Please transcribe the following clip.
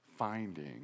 Finding